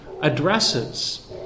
addresses